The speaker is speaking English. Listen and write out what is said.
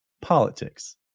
politics